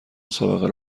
مسابقه